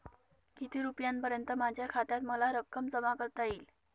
किती रुपयांपर्यंत माझ्या खात्यात मला रक्कम जमा करता येईल?